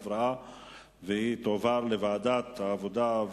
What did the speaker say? התקבלה ותועבר לוועדת העבודה,